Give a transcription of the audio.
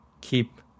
keep